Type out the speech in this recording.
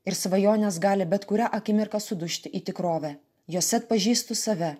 ir svajonės gali bet kurią akimirką sudužti į tikrovę juose atpažįstu save